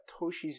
Toshi's